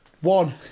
One